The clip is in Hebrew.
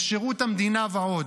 בשירות המדינה ועוד.